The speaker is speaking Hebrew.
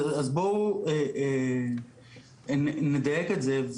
אז בואו נדייק את זה.